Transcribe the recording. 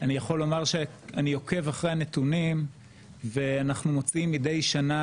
אני יכול לומר שאני עוקב אחרי הנתונים ואנחנו מוציאים מידי שנה